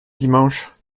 dimanche